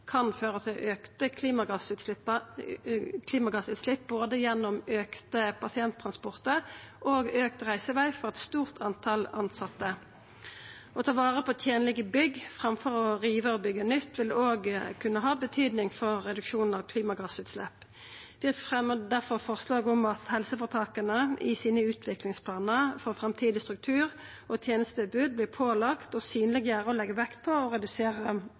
kan føra til auka klimagassutslepp, både gjennom auka pasienttransportar og gjennom auka reiseveg for eit stort tal tilsette. Å ta vare på tenlege bygg framfor å riva og byggja nytt vil òg kunne ha betyding for å redusera klimagassutslepp. Vi fremjar difor forslag om at helseføretaka i utviklingsplanane sine for framtidig struktur og tenestetilbod vert pålagde å synleggjera og leggja vekt på å redusera klimakonsekvensane. Med det